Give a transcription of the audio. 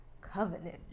covenant